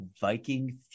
viking